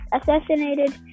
assassinated